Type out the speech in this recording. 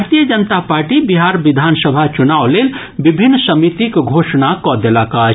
भारतीय जनता पार्टी बिहार विधान सभा चुनाव लेल विभिन्न समितिक घोषणा कऽ देलक अछि